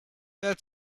that